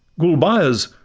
gulbeyaz,